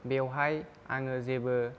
बेवहाय आङो जेबो